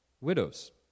widows